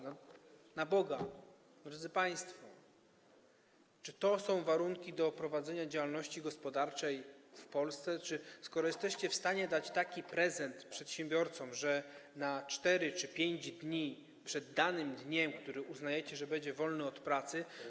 Na Boga, drodzy państwo, czy to są warunki do prowadzenia działalności gospodarczej w Polsce, skoro jesteście w stanie dać taki prezent przedsiębiorcom, że na 4 czy 5 dni przed danym dniem uznajecie, że będzie to dzień wolny od pracy?